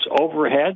overhead